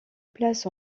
place